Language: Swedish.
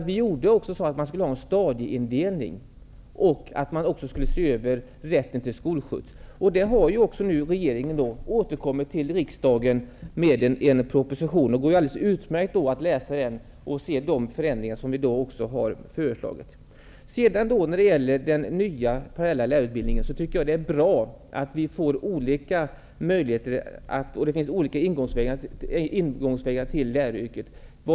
Vi krävde en stadieindelning, och vi ville också se över rätten till skolskjuts. Nu har regeringen återkommit till riksdagen med en proposition. Det går alldeles utmärkt att läsa den och se de ändringar vi har föreslagit. När det gäller den nya, parallella lärarutbildningen tycker jag det är bra att vi får olika ingångsvägar till läraryrket.